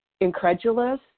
incredulous